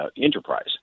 enterprise